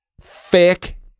Fake